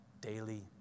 daily